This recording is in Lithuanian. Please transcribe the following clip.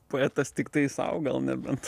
poetas tiktai sau gal nebent